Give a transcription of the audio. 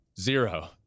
zero